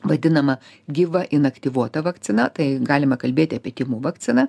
vadinama gyva inaktyvuota vakcina tai galima kalbėti apie tymų vakciną